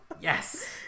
yes